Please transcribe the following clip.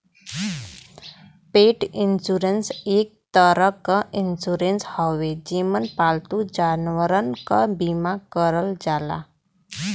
पेट इन्शुरन्स एक तरे क इन्शुरन्स हउवे जेमन पालतू जानवरन क बीमा करल जाला